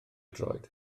droed